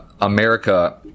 America